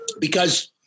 because-